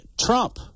Trump